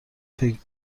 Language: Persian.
فکر